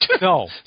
No